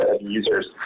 users